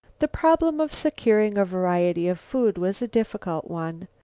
the problem of securing a variety of food was a difficult one.